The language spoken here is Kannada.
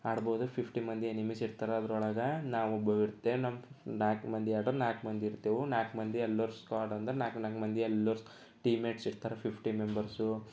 ಆಡ್ಬೋದು ಫಿಫ್ಟಿ ಮಂದಿ ಎನಿಮೀಸ್ ಇರ್ತರೆ ಅದರೊಳಗೆ ನಾವು ಒಬ್ಬ ಇರ್ತೇವೆ ನಾಲ್ಕು ನಾಲ್ಕು ಮಂದಿ ಆಟ ನಾಲ್ಕು ಮಂದಿ ಇರ್ತೇವೆ ನಾಲ್ಕು ಮಂದಿ ಎಲ್ಲರು ಸ್ಕ್ವಾಡ್ ಅಂದರೆ ನಾಲ್ಕು ನಾಲ್ಕು ಮಂದಿ ಎಲ್ಲರು ಟೀಮ್ಮೇಟ್ಸ್ ಇರ್ತರೆ ಫಿಫ್ಟಿ ಮೆಂಬರ್ಸು